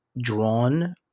drawn